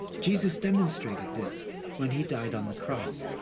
jesus demonstrated this when he died on the cross.